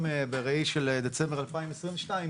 גם בראי של דצמבר 2022,